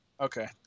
Okay